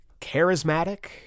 charismatic